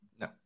No